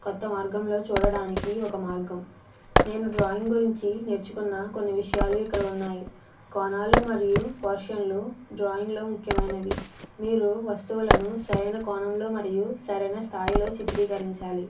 కొత్త మార్గంలో చూడడానికి ఒక మార్గం నేను డ్రాయింగ్ గురించి నేర్చుకున్న కొన్ని విషయాలు ఇక్కడ ఉన్నాయి కోణాలు మరియు పోర్షన్లు డ్రాయింగ్లో ముఖ్యమైనవి మీరు వస్తువులను సరైన కోణంలో మరియు సరైన స్థాయిలో చిత్రీకరించాలి